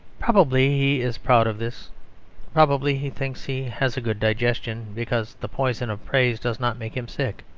probably he is proud of this probably he thinks he has a good digestion, because the poison of praise does not make him sick.